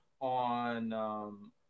on